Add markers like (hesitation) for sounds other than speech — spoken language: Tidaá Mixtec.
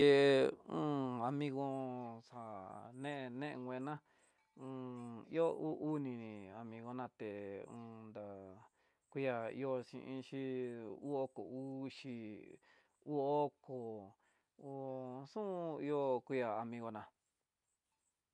He un amigo xa xa ne nguená (hesitation) ihó uu uni, amigo na té un dá kué ihó xhi iinxhí hó oko uxi hú oko hu xun ihó amigo ná.